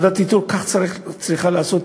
כך ועדת איתור צריכה לעשות,